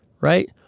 right